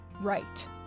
Right